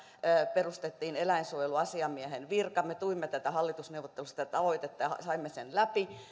perustettiin eläinsuojeluasiamiehen virka me tuimme hallitusneuvotteluissa tätä tavoitetta ja saimme sen läpi